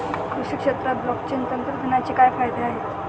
कृषी क्षेत्रात ब्लॉकचेन तंत्रज्ञानाचे काय फायदे आहेत?